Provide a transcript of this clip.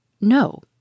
No